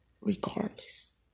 regardless